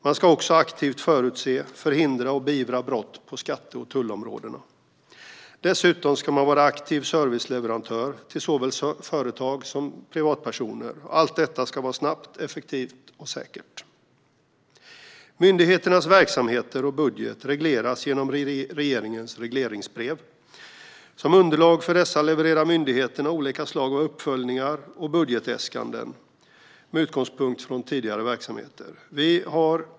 Myndigheterna ska aktivt förutse, förhindra och beivra brott på skatte och tullområdena, och de ska dessutom vara aktiva serviceleverantörer till såväl företag som privatpersoner. Allt detta ska vara snabbt, effektivt och säkert. Myndigheternas verksamhet och budget regleras genom regeringens regleringsbrev. Som underlag för dessa levererar myndigheterna olika slags uppföljningar och budgetäskanden med utgångspunkt i tidigare verksamhet.